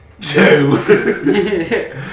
Two